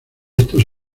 estos